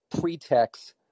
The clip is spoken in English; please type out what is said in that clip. pretext